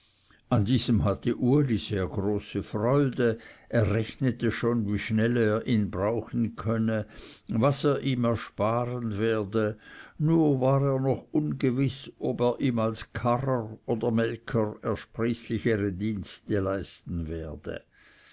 an diesem hatte uli sehr große freude er rechnete schon wie schnell er ihn brauchen könne was er ihm ersparen werde nur war er noch ungewiß ob er ihm als karrer oder melker ersprießlichere dienste leisten werde